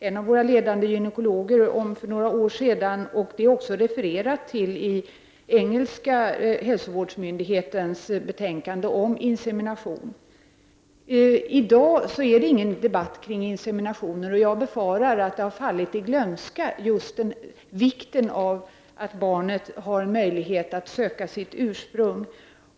En av våra ledande gynekologer skrev för några år sedan en artikel om saken, och den har också refererats till i engelska hälsovårdsmyndighetens betänkande om insemination. I dag förekommer ingen debatt kring inseminationer. Jag befarar att det har fallit i glömska hur viktigt det är att barnet har en möjlighet att söka sitt ursprung.